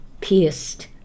pierced